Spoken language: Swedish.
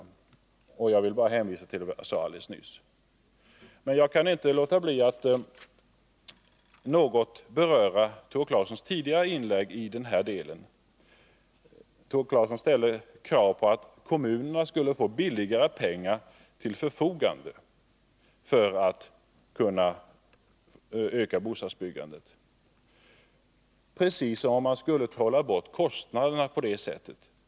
Jag vill i det sammanhanget bara hänvisa till vad jag sade 13 alldeles nyss. Men jag kan inte låta bli att något beröra Tore Claesons tidigare inlägg. billigare pengar” till förfogande för Han krävde att kommunerna skulle få att kunna öka bostadsbyggandet. Precis som om man skulle trolla bort kostnaderna på det sättet!